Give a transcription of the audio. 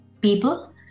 people